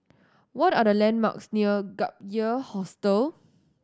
what are the landmarks near Gap Year Hostel